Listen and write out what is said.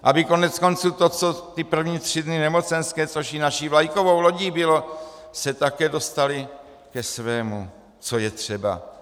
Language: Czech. Aby koneckonců to, co ty první tři dny nemocenské, což i naší vlajkovou lodí bylo, se také dostaly ke svému, co je třeba.